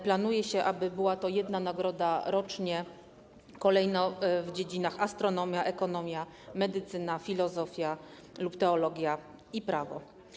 Planuje się, aby była to jedna nagroda rocznie, kolejno w dziedzinach: astronomia, ekonomia, medycyna, filozofia lub teologia i prawo.